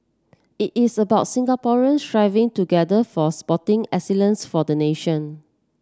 it is about Singaporean striving together for sporting excellence for the nation